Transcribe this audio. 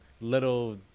little